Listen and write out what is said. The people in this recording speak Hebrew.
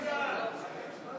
התאמת ימי ההיעדרות למספר הילדים),